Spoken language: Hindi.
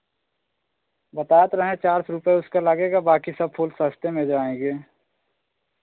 बता तो रहे हैं चार सौ रुपये उसका लगेगा बाँकी सब फूल सस्ते में जाएंगे